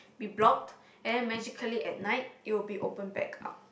be blocked and then magically at night it would be opened back up